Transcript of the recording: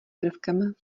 prvkem